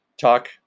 talk